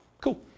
Cool